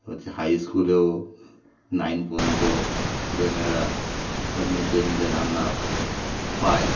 হচ্ছে হাইস্কুলেও নাইন পর্যন্ত ছেলেমেয়েরা সব মিড ডে মিলে রান্না পায়